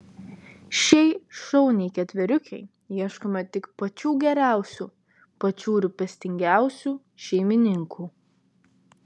šiai šauniai ketveriukei ieškome tik pačių geriausių pačių rūpestingiausių šeimininkų